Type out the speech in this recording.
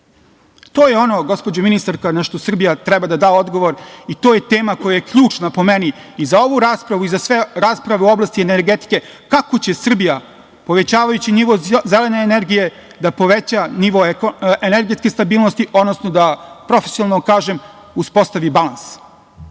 To je ono, gospođo ministarka našta Srbija treba da da odgovor i to je tema koja je ključna po meni i za ovu raspravu i za sve rasprave u oblasti energetike, kako će Srbija povećavajući nivo zelene energije da poveća nivo energetske stabilnosti, odnosno da profesionalno kažem, uspostavi